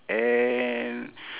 and